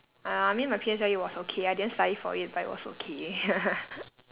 uh I mean my P_S_L_E was okay I didn't study for it but it was okay